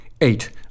Eight